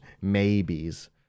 maybes